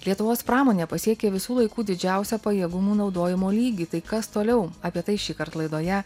lietuvos pramonė pasiekė visų laikų didžiausią pajėgumų naudojimo lygį tai kas toliau apie tai šįkart laidoje